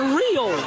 real